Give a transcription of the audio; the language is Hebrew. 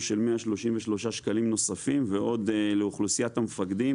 של 133 שקלים נוספים ועוד לאוכלוסיית המפקדים